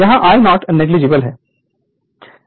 यहां I0 negligible हैं